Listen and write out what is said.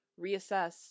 reassess